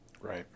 right